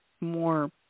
more